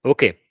Okay